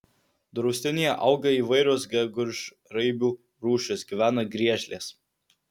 draustinyje auga įvairios gegužraibių rūšys gyvena griežlės